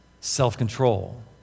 self-control